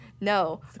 No